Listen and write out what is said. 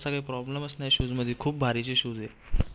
तसा काही प्रॉब्लेमच नाही शूजमध्ये खूप भारीचे शूजेत